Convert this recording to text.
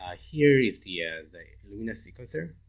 ah here is the ah the illumina sequencer.